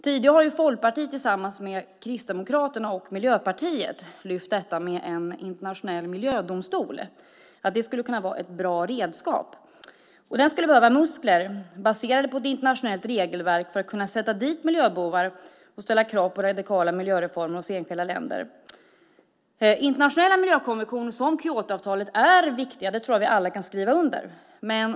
Tidigare har Folkpartiet, Kristdemokraterna och Miljöpartiet lyft fram att en internationell miljödomstol med muskler, baserad på ett internationellt regelverk för att kunna sätta dit miljöbovar och ställa krav på radikala miljöreformer hos enskilda länder, skulle kunna vara ett bra redskap. Internationella miljökonventioner som Kyotoavtalet är viktiga. Det tror jag att vi alla kan skriva under på.